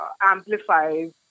amplifies